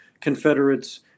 Confederates